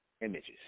images